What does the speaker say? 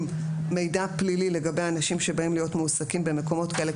מידע פלילי לגבי אנשים שבאים להיות מועסקים במקומות כאלה,